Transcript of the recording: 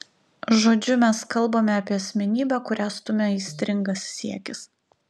žodžiu mes kalbame apie asmenybę kurią stumia aistringas siekis